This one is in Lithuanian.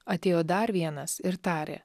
atėjo dar vienas ir tarė